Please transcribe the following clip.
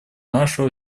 нашего